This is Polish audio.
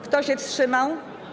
Kto się wstrzymał?